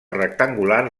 rectangular